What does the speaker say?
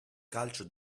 calcio